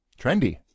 Trendy